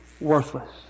worthless